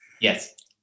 Yes